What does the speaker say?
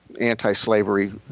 anti-slavery